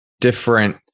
different